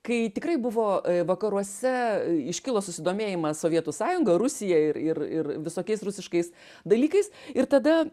kai tikrai buvo vakaruose iškilo susidomėjimas sovietų sąjunga rusija ir ir ir visokiais rusiškais dalykais ir tada